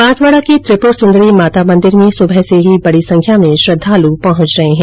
बांसवाडा के त्रिपूर सुन्दरी माता मंदिर में सुबह से ही बडी संख्या श्रद्वालू पहुंच रहे हैं